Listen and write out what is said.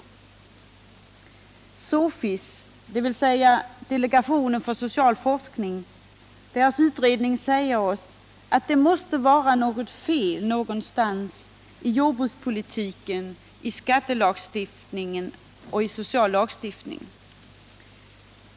Utredningen från SOFI, dvs. institutet för social forskning, säger oss att det måste vara något fel någonstans i jordbrukspolitiken, i skattelagstiftningen och i den sociala lagstiftningen.